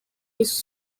his